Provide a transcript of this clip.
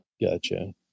Gotcha